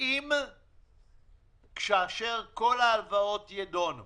האם כאשר כל ההלוואות יידונו